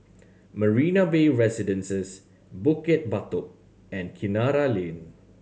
Marina Bay Residences Bukit Batok and Kinara Lane